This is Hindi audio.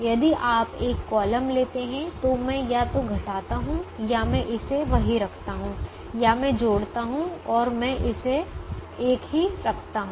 यदि आप एक कॉलम लेते हैं तो मैं या तो घटाता हूं या मैं इसे वही रखता हूं या मैं जोड़ता हूं और मैं इसे एक ही रखता हूं